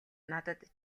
надад